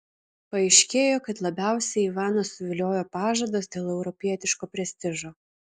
paaiškėjo kad labiausiai ivaną suviliojo pažadas dėl europietiško prestižo